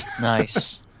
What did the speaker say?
Nice